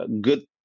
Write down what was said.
good